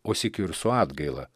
o sykiu ir su atgaila